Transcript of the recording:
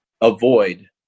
avoid